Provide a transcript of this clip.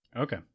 Okay